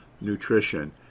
nutrition